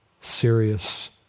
serious